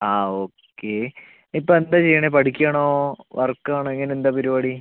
ആ ഓക്കെ ഇപ്പം എന്താ ചെയ്യുന്നത് പഠിക്കുവാണോ വർക്ക് ആണോ എങ്ങനെയാണ് എന്താണ് പരിപാടി